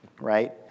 right